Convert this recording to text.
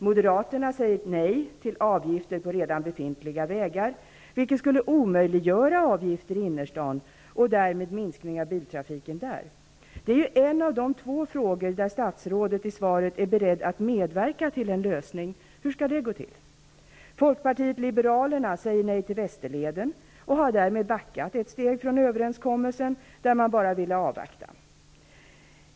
Moderaterna säger nej till avgifter på redan befintliga vägar, vilket skulle omöjliggöra avgifter i innerstaden och därmed minskning av biltrafiken. Det är en av de två frågor där statsrådet enligt svaret är beredd att medverka till en lösning. Hur skall det gå till? Folkpartiet liberalerna säger nej till Västerleden och har därmed backat ett steg från överenskommelsen, där man bara ville avvakta.